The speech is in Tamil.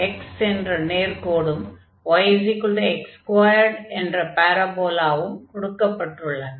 yx என்ற நேர்க்கோடும் yx2 என்ற பாரபோலாவும் கொடுக்கப்பட்டுள்ளன